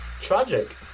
tragic